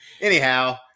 Anyhow